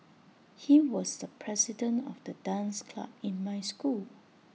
he was the president of the dance club in my school